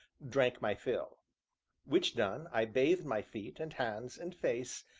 drank my fill which done, i bathed my feet, and hands, and face,